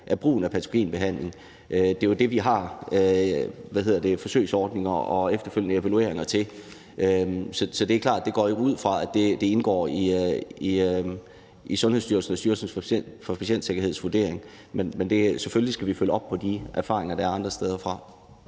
af brugen af patogenbehandling. Det er jo det, vi har forsøgsordninger og efterfølgende evalueringer til. Så det er klart, at det går jeg ud fra indgår i Sundhedsstyrelsens og Styrelsen for Patientsikkerheds vurdering, men selvfølgelig skal vi følge op på de erfaringer, der er fra andre steder.